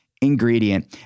ingredient